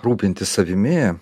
rūpintis savimi